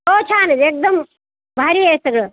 हो छान एकदम भारी आहे सगळं